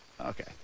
Okay